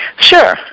Sure